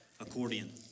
accordion